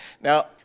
now